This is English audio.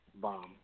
bomb